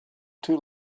too